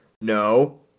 No